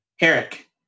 Eric